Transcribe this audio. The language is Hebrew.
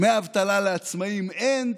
דמי אבטלה לעצמאים אין,